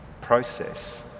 process